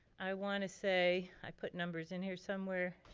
i wanna say, i put numbers in here somewhere,